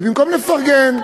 ובמקום לפרגן,